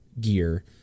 gear